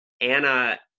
Anna